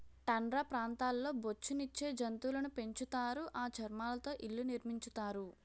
tundra ప్రాంతాల్లో బొఉచ్చు నిచ్చే జంతువులును పెంచుతారు ఆ చర్మాలతో ఇళ్లు నిర్మించుతారు